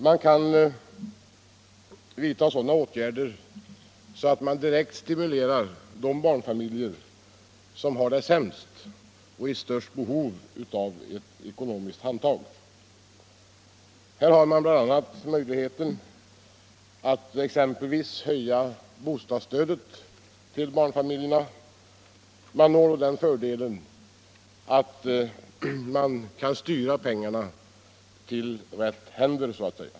Man kan vidta sådana åtgärder att man direkt stimulerar de barnfamiljer som har det sämst och är i största behov av ett ekonomiskt handtag. Då har man exempelvis möjlighet att höja bostadsstödet till barnfamiljerna. Man når då den fördelen att man så att säga kan styra pengarna till rätta händer.